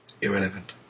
Irrelevant